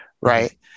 right